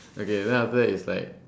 okay then after that is like